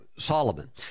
Solomon